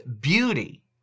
beauty